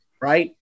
right